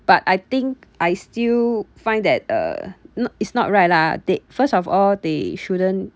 but I think I still find that uh not is not right lah they first of all they shouldn't